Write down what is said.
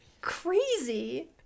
crazy